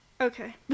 Okay